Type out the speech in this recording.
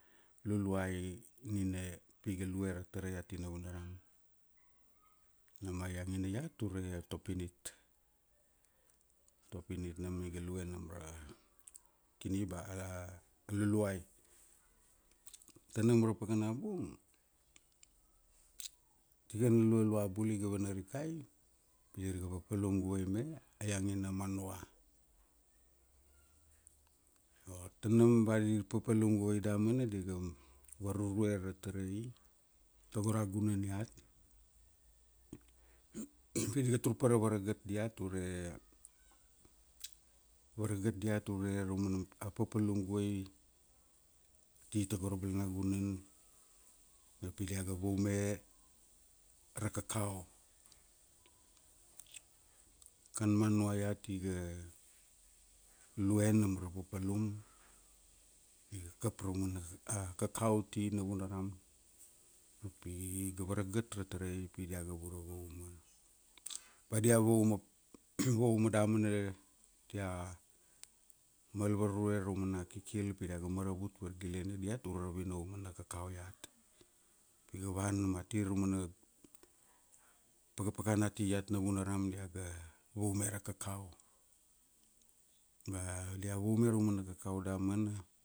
Luluai, nina pi ga lue ra tarai ati Navunaram. Nam a iangina iat, ure Topinit. Topinit nam iga lue nam ra, kini ba a Luluai. Tanam ra pakana bung, tikana lualua bula iga vana rikai, pi dir ga papalum guai me, a ianagina Manua. Io tanam ba dir papalum guvai damana, dir ga, varurue ra tarai, tago ra gunan iat, pi dirga tur pa ra varagat diat ure, varagat diat ure ra umana, a papalum guai ati tago ra balana gunan, ma pi diaga vaume, ra kakau. Kan Manua iat iga, lue nam ra papalum, iga kap ra mana, a kakao uti Navunaram, upi i ga varagat ra tarai pi dia ga vura vauma. Ba dia vauma, vauma damana, dia mal varurue ra mana kikil pi diaga maravut vargiliene diat, ure ra vinauma na kakao iat. Di ga vana ma ti raumana, pakapakana ati iat navunaram diaga, vaume ra kakao, ma dia vaume ra mana kakao damana,